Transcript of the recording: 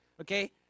okay